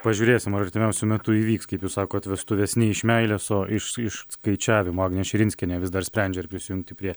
pažiūrėsim ar artimiausiu metu įvyks kaip jūs sakot vestuvės ne iš meilės o išs iš skaičiavimo agnė širinskienė vis dar sprendžia ar prisijungti prie